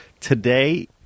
Today